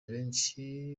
benshi